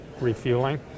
refueling